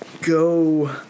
go